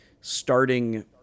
starting